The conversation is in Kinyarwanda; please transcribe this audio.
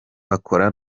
bakora